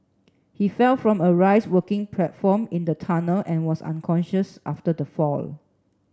he fell from a raise working platform in the tunnel and was unconscious after the fall